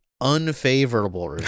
unfavorable